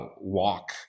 walk